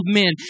men